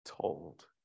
told